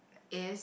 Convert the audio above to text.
is